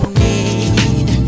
need